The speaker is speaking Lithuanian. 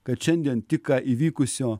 kad šiandien tik ką įvykusio